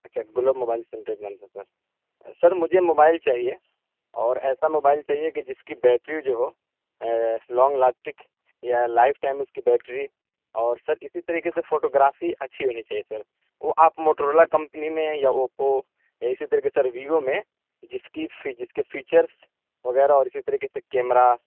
اچھا Gulab mobile centre کے نام سے سر سر مجھے موبائل چاہیے اور ایسا موبائل چاہیے کہ جس کی بیٹری جو ہو لانگ لاسٹک یا لائف ٹائم اس کی بیٹری اور سر اسی طریقے سے فوٹوگرافی اچھی ہونی چاہیے سر وہ آپ موٹرولا کمپنی میں یا اوپو یا اسی طریقے سے سر ویوو میں جس کی جس کے فیچرس وغیرہ اور اسی طریقے سے کیمرہ